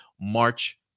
March